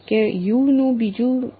તો u શું છે